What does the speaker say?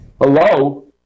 Hello